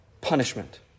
punishment